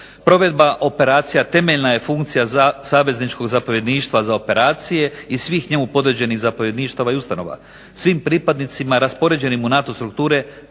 Provedba operacija temeljna je funkcija Savezničkog zapovjedništva za operacije i svih njemu podređenih zapovjedništava i ustanova. Svim pripadnicima raspoređenim u NATO strukture